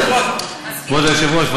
כבוד היושב-ראש,